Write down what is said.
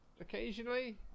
occasionally